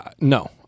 No